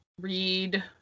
read